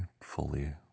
fully